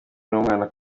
n’umwana